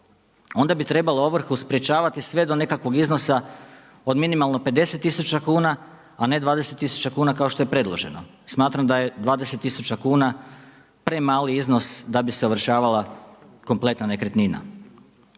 onda bi trebalo ovrhu sprječavati sve do nekakvog iznosa od minimalno 50 tisuća kuna a ne 20 tisuća kuna kao što je predloženo. Smatram da je 20 tisuća kuna premali iznos da bi se ovršavala kompletna nekretnina.